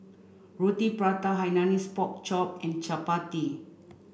Roti Prata Hainanese Pork Chop and Chappati